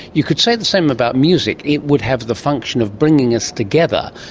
you could say the same about music, it would have the function of bringing us together,